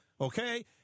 okay